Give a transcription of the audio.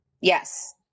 Yes